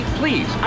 please